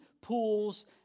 pools